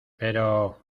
pero